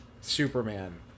Superman